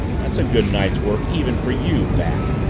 that's a good night's work even for you, bat!